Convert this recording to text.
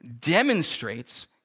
demonstrates